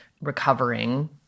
recovering